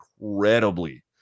incredibly